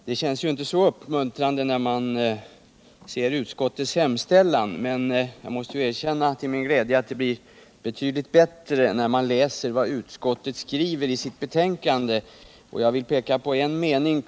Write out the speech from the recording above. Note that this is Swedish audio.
Herr talman! Utskottets hemställan i det här ärendet känns inte särskilt uppmuntrande, men det blir betydligt bättre när man läser vad utskottet skriver i sitt betänkande — det måste jag till min glädje erkänna.